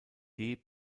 der